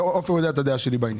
ועופר יודע את הדעה שלי בעניין.